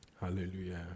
Hallelujah